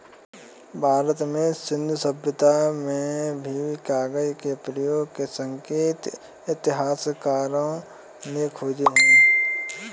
भारत में सिन्धु सभ्यता में भी कागज के प्रयोग के संकेत इतिहासकारों ने खोजे हैं